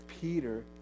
Peter